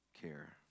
care